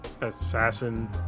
assassin